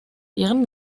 ihren